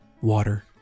water